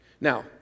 Now